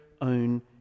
own